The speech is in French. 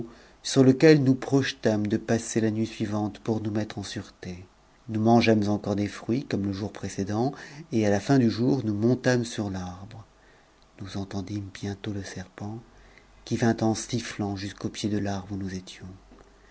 sur et nous projetâmes de passer la nuit suivante pour bous mettre en c nous mangeâmes encore des fruits comme le jour précédent et in du jour nous montâmes sur l'arbre nous entendîmes bientôt le t'ont qui vint en sistant jusqu'au pied de l'arbre où nous étions